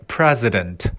President 》